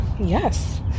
yes